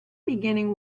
beginning